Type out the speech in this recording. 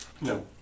No